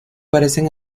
parecen